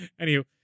Anywho